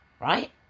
right